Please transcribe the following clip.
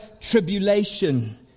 tribulation